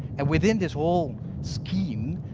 and within this whole scheme,